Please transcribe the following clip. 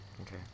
Okay